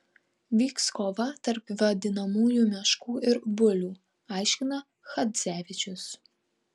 vyks kova tarp vadinamųjų meškų ir bulių aiškina chadzevičius